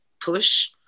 push